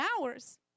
hours